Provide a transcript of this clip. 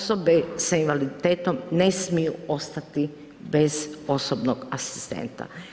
Osobe sa invaliditetom ne smiju ostati bez osobnog asistenta.